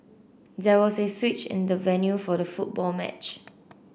there was a switch in the venue for the football match